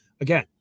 Again